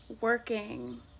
working